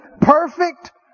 Perfect